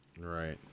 Right